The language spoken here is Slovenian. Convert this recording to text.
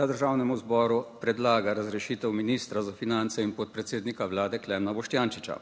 da Državnemu zboru predlaga razrešitev ministra za finance in podpredsednika Vlade Klemna Boštjančiča.